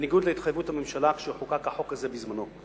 בניגוד להתחייבות הממשלה כשחוקק החוק הזה בזמנו,